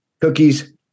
cookies